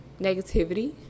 negativity